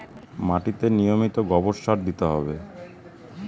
কিভাবে মাটির গঠন উদ্ভিদ বৃদ্ধি প্রভাবিত করে?